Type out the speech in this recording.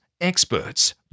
experts